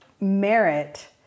merit